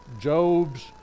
Job's